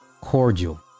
cordial